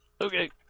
Okay